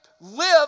live